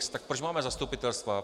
Tak proč máme zastupitelstva?